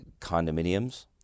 condominiums